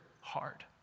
hard